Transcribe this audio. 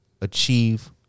achieve